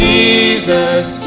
Jesus